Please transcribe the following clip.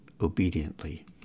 obediently